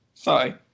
Sorry